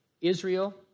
Israel